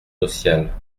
sociales